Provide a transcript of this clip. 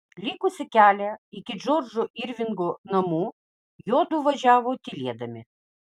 likusį kelią iki džordžo irvingo namų juodu važiavo tylėdami